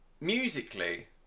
Musically